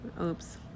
Oops